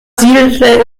siedelte